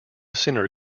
cinder